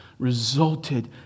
resulted